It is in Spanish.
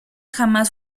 jamás